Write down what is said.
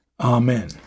amen